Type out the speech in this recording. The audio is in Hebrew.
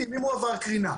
אם הוא עבר קרינה.